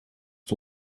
het